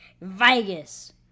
Vegas